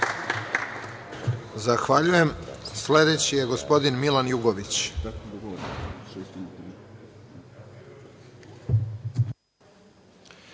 Zahvaljujem. Sledeći je gospodin Petar Vesović.